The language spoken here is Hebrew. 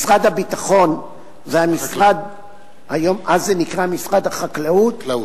משרד הביטחון ומה שנקרא אז משרד החקלאות,